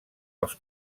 els